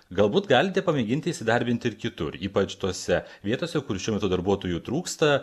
galbūt galite pamėginti įsidarbinti ir kitur ypač tose vietose kur šiuo metu darbuotojų trūksta